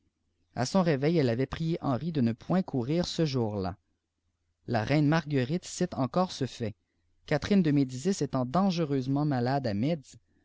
a son réveil eue avïdf prié henri de ne point courir ce jour-là la reine marguerite cite encore ce fait catherine de médicis étant dangereusement malade à